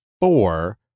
four